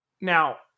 Now